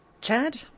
Chad